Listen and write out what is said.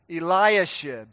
Eliashib